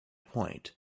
point